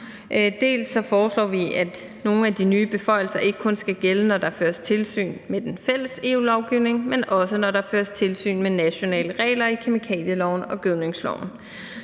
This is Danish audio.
Dels foreslår vi, at nogle af de nye beføjelser ikke kun skal gælde, når der føres tilsyn med den fælles EU-lovgivning, men også, når der føres tilsyn med nationale regler i kemikalieloven og gødningsloven,